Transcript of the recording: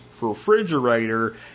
refrigerator